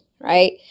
right